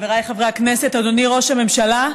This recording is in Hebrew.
חבריי חברי הכנסת, אדוני ראש הממשלה,